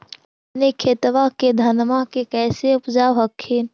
अपने खेतबा मे धन्मा के कैसे उपजाब हखिन?